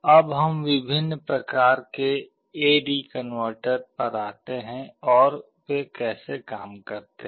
अब हम विभिन्न प्रकार के ए डी कनवर्टर पर आते हैं और वे कैसे काम करते हैं